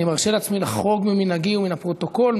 אני מרשה לעצמי לחרוג ממנהגי ומן הפרוטוקול,